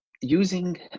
using